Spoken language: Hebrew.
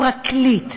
פרקליט,